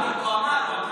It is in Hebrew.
הוא אמר, הוא אמר.